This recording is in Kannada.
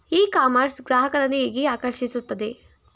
ಇ ಕಾಮರ್ಸ್ ಗ್ರಾಹಕರನ್ನು ಹೇಗೆ ಆಕರ್ಷಿಸುತ್ತದೆ?